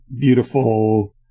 beautiful